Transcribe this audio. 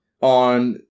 on